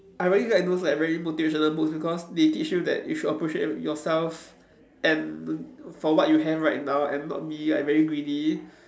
I really like those like very motivational books because they teach you that if you appreciate yourself and for what you have right now and not be like very greedy